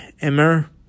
Emmer